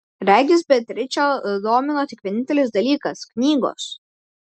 regis beatričę domino tik vienintelis dalykas knygos